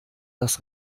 das